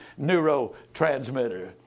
neurotransmitter